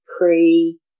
pre